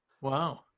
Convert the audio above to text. Wow